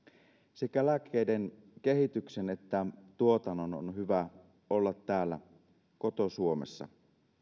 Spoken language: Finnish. sekä lääkkeiden kehityksen että tuotannon on hyvä olla täällä koto suomessa